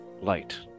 light